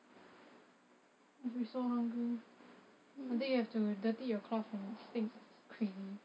if you so hungry I think you have to dirty your cloth when it stinks